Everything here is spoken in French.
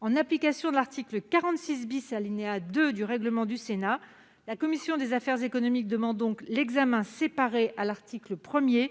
En application de l'article 46, alinéa 2, du règlement du Sénat, la commission des affaires économiques demande donc l'examen séparé, à l'article 1,